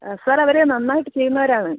sir അവർ നന്നായിട്ട് ചെയ്യുന്നവരാണ്